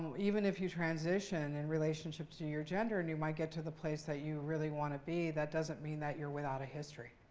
even if you transition in relationship to your gender and you might get to the place that you really want to be, that doesn't mean that you're without a history.